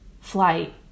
flight